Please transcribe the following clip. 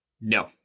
No